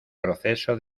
proceso